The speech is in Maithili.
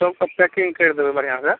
सबके पैकिन्ग करि देबै बढ़िआँसे